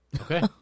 Okay